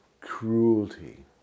cruelty